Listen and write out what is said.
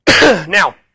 Now